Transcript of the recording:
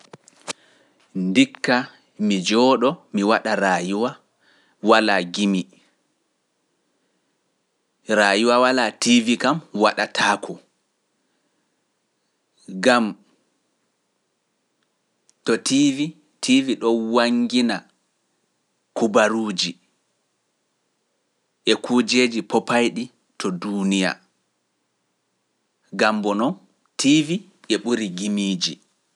Ndikka mi jooɗo mi waɗa raayuwa walaa gimi, raayuwa walaa tiivi kam waɗataako, gam to tiivi, tiivi ɗo waŋŋgina kubaruuji e kuujeji popayɗi to duuniya, gam boo noon tiivi e ɓuri gimiiji.